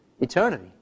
Eternity